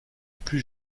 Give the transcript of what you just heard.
plus